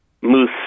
moose